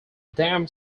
dam